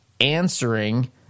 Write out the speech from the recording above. answering